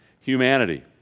humanity